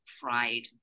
pride